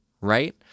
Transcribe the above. right